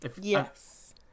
Yes